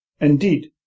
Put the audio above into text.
Indeed